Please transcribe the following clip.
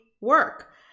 work